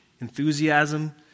enthusiasm